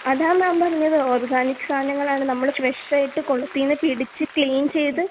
അതാ മാം പറഞ്ഞത് ഓർഗാനിക് സാധനങ്ങളാണ് നമ്മൾ ഫ്രഷായിട്ട് കുളത്തിൽനിന്ന് പിടിച്ച് ക്ലീൻ ചെയ്ത്